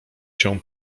się